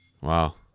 Wow